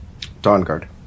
Dawnguard